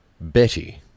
Betty